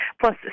plus